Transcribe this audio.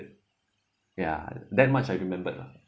ya that much I remembered lah